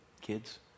kids